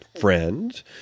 friend